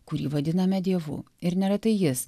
kurį vadiname dievu ir neretai jis